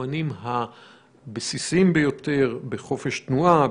במובנים הבסיסיים ביותר: בחופש תנועה,